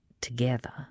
together